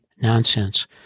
nonsense